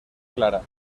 clara